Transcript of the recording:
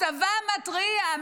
הצבא מתריע,